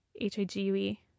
H-I-G-U-E